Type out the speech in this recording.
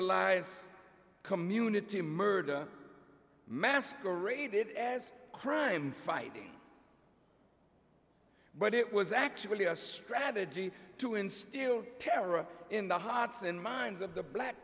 alize community murder masqueraded as crime fighting but it was actually a strategy to instill terror in the hearts and minds of the black